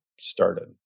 started